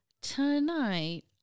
Tonight